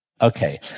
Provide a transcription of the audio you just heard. Okay